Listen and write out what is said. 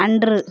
அன்று